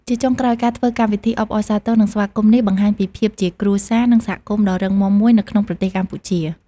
ជាចុងក្រោយ ការធ្វើកម្មវិធីអបអរសាទរ និងស្វាគមន៍នេះបង្ហាញពីភាពជាគ្រួសារ និងសហគមន៏ដ៏រឹងមាំមួយនៅក្នុងប្រទេសកម្ពុជា។